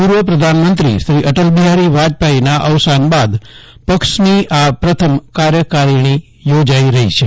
પૂ ર્વપ્રધાન્મંત્રી શ્રી અટલ બિહારી વાજપાઇના અવસાન બાદ પક્ષની આ પ્રથમ કાર્યકારીણી યોજાઇ રહી છે